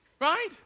Right